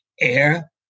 Air